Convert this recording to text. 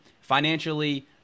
financially